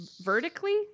vertically